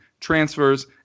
transfers